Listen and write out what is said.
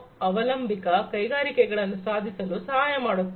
0 ಅವಲಂಬಿತ ಕೈಗಾರಿಕೆಗಳನ್ನು ಸಾಧಿಸಲು ಸಹಾಯಮಾಡುತ್ತದೆ